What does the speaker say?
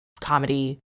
comedy